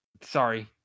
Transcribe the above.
sorry